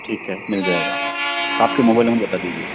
ठीक है मिल जाएगा आपका मोबाइल नंबर बता दीजिए